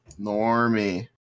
normie